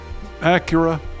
Acura